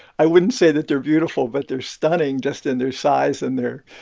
i wouldn't say that they're beautiful, but they're stunning just in their size and they're